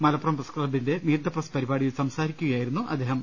Malappuram press ക്ലബ്ബിന്റെ meet the press പരിപാടിയിൽ സംസാരിക്കുകയായിരുന്നു അദ്ദേഹം